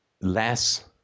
less